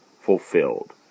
fulfilled